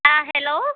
ആ ഹലോ